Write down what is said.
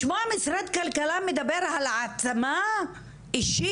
לשמוע משרד הכלכלה מדבר על העצמה אישית.